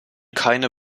keine